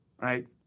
right